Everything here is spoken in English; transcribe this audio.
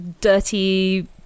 dirty